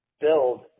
build